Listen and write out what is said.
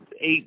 eight